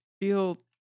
feel